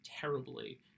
terribly